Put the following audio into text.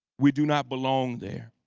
we do not belong there,